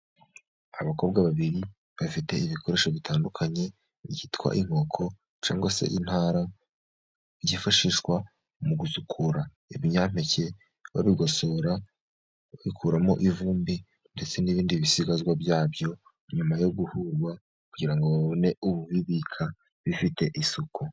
Abakobwa babiri bafite ibikoresho bitandukanye byitwa inkoko, cyangwa se intara byifashishwa mu gusukura ibinyampeke babigosora babikuramo ivumbi, ndetse n'ibindi bisigazwa byabyo nyuma yo guhurwa, kugira ngo babone ububibika bifite isuku.